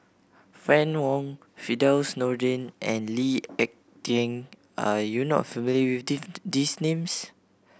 Fann Wong Firdaus Nordin and Lee Ek Tieng are you not familiar with these names